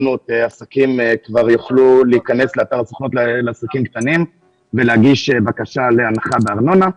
כבר יוכלו להיכנס לאתר לעסקים קטנים ולהגיש בקשה להנחה בארנונה.